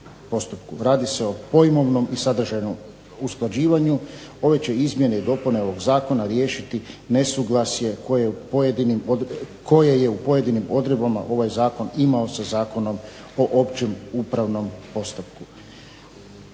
Radi se o pojmovnom i sadržajnom usklađivanju, ove će izmjene i dopune Zakona riješiti nesuglasje koje pojedinim, koje je u pojedinim odredbama ovaj Zakon imao sa zakonom o općem upravnom postupku.